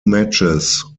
matches